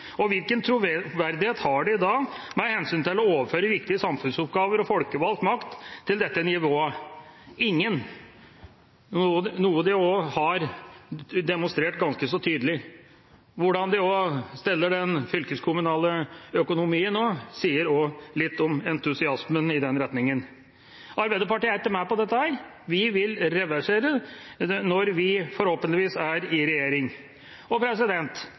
ut. Hvilken troverdighet har de da med hensyn til å overføre viktige samfunnsoppgaver og folkevalgt makt til dette nivået? Ingen – noe de også har demonstrert ganske så tydelig. Hvordan de steller den fylkeskommunale økonomien, sier også litt om entusiasmen i den retning. Arbeiderpartiet er ikke med på dette. Vi vil reversere det når vi forhåpentligvis kommer i regjering. Hedmarkinger og